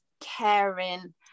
caring